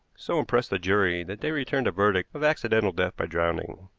so impressed the jury that they returned a verdict of accidental death by drowning.